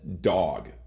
dog